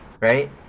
right